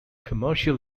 commercial